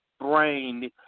brain